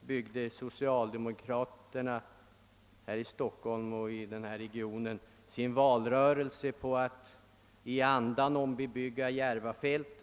byggde socialdemokraterna här i Stockholmsregionen sin valrörelse på att Järvafältet i andanom skulle bebyggas.